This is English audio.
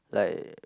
like